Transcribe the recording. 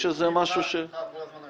יש איזה משהו ש --- אני איתך כל הזמן,